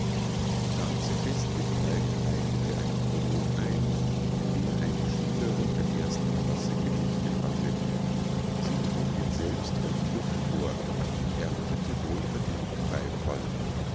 die ganze festlichkeit leitete ein prolog ein den eine schülerin der ersten klasse gedichtet hatte sie trug ihn selbst recht hübsch vor und erntete wohlverdienten beifall